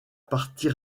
partie